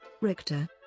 Richter